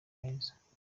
meza